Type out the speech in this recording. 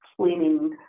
cleaning